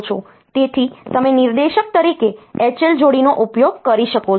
તેથી તમે નિર્દેશક તરીકે H L જોડીનો ઉપયોગ કરી શકો છો